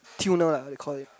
tuner lah they call it